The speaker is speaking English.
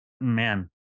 man